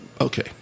Okay